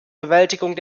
bewältigung